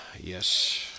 Yes